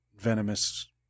venomous